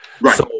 right